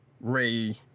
Ray